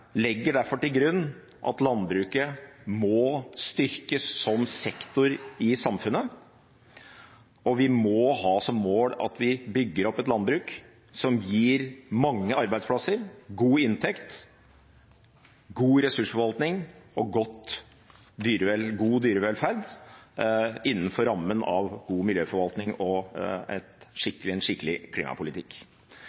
legger derfor til grunn at landbruket må styrkes som sektor i samfunnet, og vi må ha som mål at vi bygger opp et landbruk som gir mange arbeidsplasser, god inntekt, god ressursforvaltning og god dyrevelferd innenfor rammen av god miljøforvaltning og